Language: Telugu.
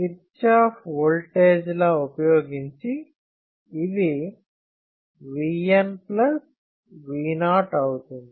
కిర్చాఫ్ ఓల్టేజ్ లా ఉపయోగించి ఇది Vn V0 అవుతుంది